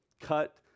cut